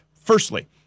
Firstly